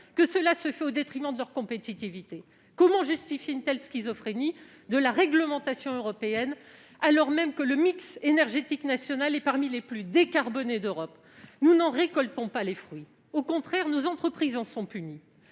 que cela se fait au détriment de leur compétitivité ? Comment justifier une telle schizophrénie de la réglementation européenne, alors même que notre mix énergétique national est parmi les plus décarbonés d'Europe ? Nous n'en récoltons pas les fruits. Au contraire, nos entreprises en sont punies